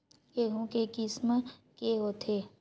गेहूं के किसम के होथे?